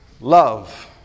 love